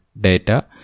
data